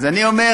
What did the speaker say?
אז אני אומר,